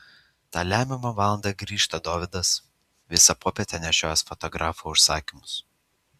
tą lemiamą valandą grįžta dovydas visą popietę nešiojęs fotografo užsakymus